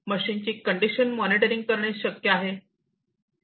मशीनची condition monitoring करणे शक्य आहे